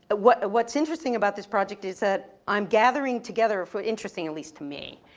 but what, what's interesting about this project is that i'm gathering together for, interesting at least to me,